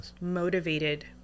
motivated